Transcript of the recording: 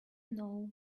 know